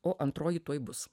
o antroji tuoj bus